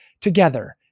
Together